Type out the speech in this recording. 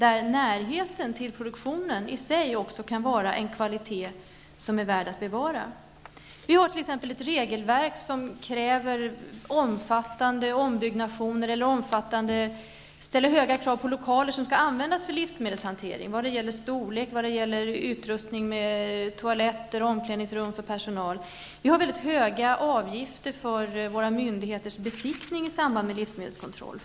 Även närheten till produktionen kan vara en kvalitet som är värd att bevara. Vi har t.ex. ett regelverk som kräver omfattande ombyggnationer eller ställer höga krav på storlek, toaletter och omklädningsrum för personal när det gäller lokaler som skall användas för livsmedelshantering. Vi har mycket höga avgifter för våra myndigheters verksamhet med livsmedelskontroll.